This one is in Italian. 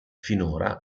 finora